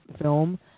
film